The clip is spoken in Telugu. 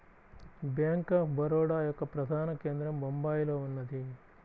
బ్యేంక్ ఆఫ్ బరోడ యొక్క ప్రధాన కేంద్రం బొంబాయిలో ఉన్నది